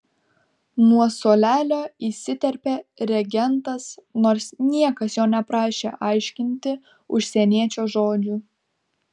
nuo suolelio įsiterpė regentas nors niekas jo neprašė aiškinti užsieniečio žodžių